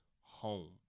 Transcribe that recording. home